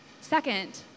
Second